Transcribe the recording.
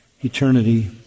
eternity